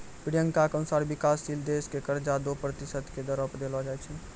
प्रियंका के अनुसार विकाशशील देश क कर्जा दो प्रतिशत के दरो पर देलो जाय छै